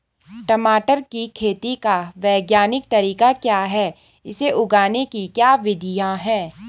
टमाटर की खेती का वैज्ञानिक तरीका क्या है इसे उगाने की क्या विधियाँ हैं?